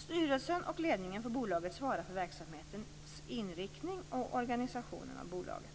Styrelsen och ledningen för bolaget svarar för verksamhetens inriktning och organisationen av bolaget.